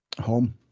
home